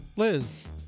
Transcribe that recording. Liz